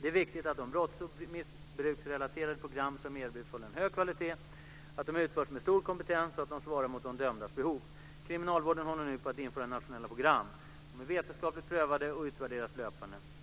Det är viktigt att de brotts och missbruksrelaterade program som erbjuds håller en hög kvalitet, att de utförs med stor kompetens och att de svarar mot de dömdas behov. Kriminalvården håller nu på att införa nationella program. De är vetenskapligt prövade och utvärderas löpande.